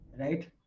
Right